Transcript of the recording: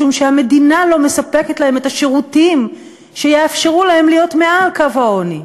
משום שהמדינה לא מספקת להם את השירותים שיאפשרו להם להיות מעל קו העוני?